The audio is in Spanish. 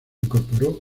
incorporó